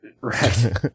Right